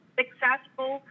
successful